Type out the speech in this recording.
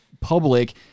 public